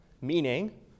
Meaning